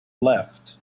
left